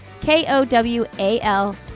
K-O-W-A-L-